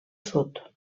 sud